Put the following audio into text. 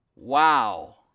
wow